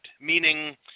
meaning